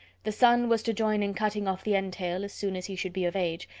the son was to join in cutting off the entail, as soon as he should be of age,